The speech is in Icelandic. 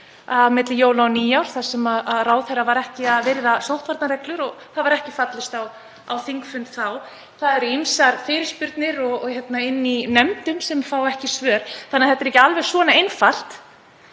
milli jóla og nýárs þar sem ráðherra virti ekki sóttvarnareglur og það var ekki fallist á þingfund. Það eru ýmsar fyrirspurnir í nefndum sem ekki fá svör, þannig að þetta er ekki alveg svona einfalt.